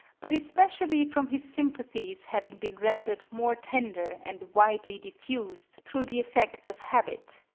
but especially from his sympathies having been rendered more tender and widely diffused through the effects of habit,